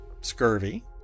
scurvy